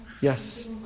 Yes